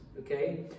Okay